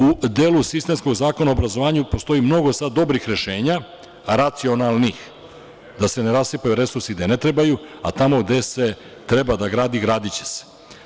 U delu sistemskog zakona u obrazvoanju postoji sada mnogo dobrih rešenja, racionalnih, da se ne rasipaju resursi gde ne trebaju, a tamo gde se treba da gradi gradiće se.